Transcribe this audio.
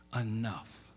enough